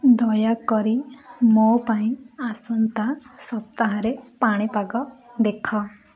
ଦୟାକରି ମୋ ପାଇଁ ଆସନ୍ତା ସପ୍ତାହରେ ପାଣିପାଗ ଦେଖ